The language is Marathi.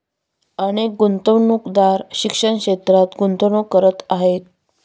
अनेक गुंतवणूकदार शिक्षण क्षेत्रात गुंतवणूक करत आहेत